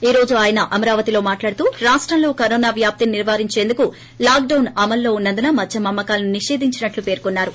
ఈ రోజు ఆయన అమరావతిలో మాట్లాడుతూ రాష్టంలో కరోనా వ్యాప్తిని నిరోధించేందుకు లాక్ డాన్ని అమలులో ఉన్నందున మద్యం అమ్మకాలను నిషేధించినట్టు పేర్కొన్నారు